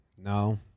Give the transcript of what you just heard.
No